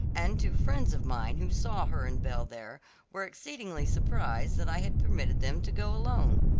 and two friends of mine who saw her and belle there were exceedingly surprised that i had permitted them to go alone.